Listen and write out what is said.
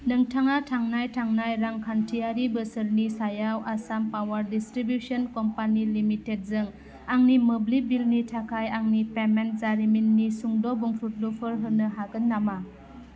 नोंथाङा थांनाय थांनाय रांखान्थियारि बोसोरनि सायाव Assam power distribution company limited जों आंनि मोब्लिब बिलनि थाखाय आंनि पेमेन्ट जारिमिननि सुंद' बुंफुरलुफोर होनो हागोन नामा